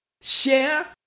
share